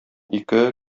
ике